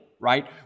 right